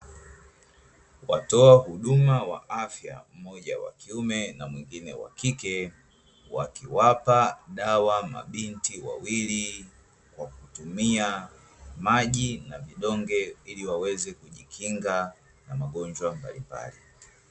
Watoa huduma ya afya mmoja wakiume na mwingine wakike wakiwapa dawa mabinti wawili kwa kutumia maji na vidonge ili waweze kujikinga na magonjwa mbalimbali.